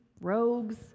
rogues